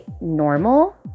normal